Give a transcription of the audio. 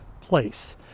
place